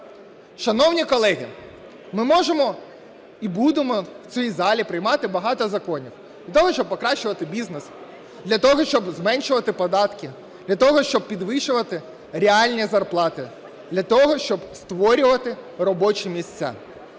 Шановні колеги, ми можемо і будемо в цій залі приймати багато законів для того, щоб покращувати бізнес, для того, щоб зменшувати податки, для того, щоб підвищувати реальні зарплати, для того, щоб створювати робочі місця,